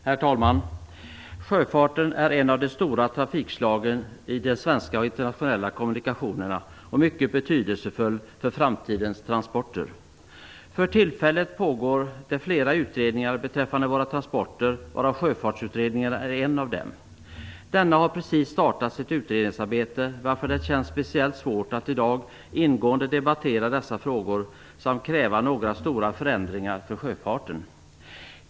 Herr talman! Sjöfarten är ett av de stora trafikslagen i de svenska och internationella kommunikationerna, och den är mycket betydelsefull för framtidens transporter. För tillfället pågår det flera utredningar beträffande våra transporter, varav Sjöfartsutredningen är en. Den har precis startat sitt utredningsarbete, varför det känns speciellt svårt att i dag ingående debattera dessa frågor samt kräva några stora förändringar för sjöfarten.